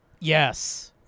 Yes